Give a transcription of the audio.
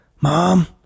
mom